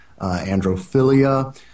Androphilia